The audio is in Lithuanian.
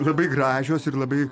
labai gražios ir labai